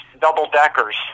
double-deckers